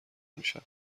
میشم